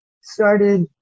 started